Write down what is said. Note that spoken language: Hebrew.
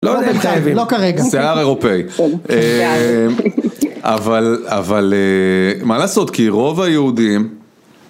לא יודע אם חייבים. לא בינתיים, לא כרגע. שיער אירופאי. אבל, אבל, מה לעשות? כי רוב היהודים...